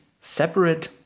separate